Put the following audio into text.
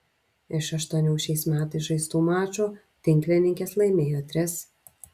iš aštuonių šiais metais žaistų mačų tinklininkės laimėjo tris